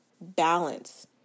balance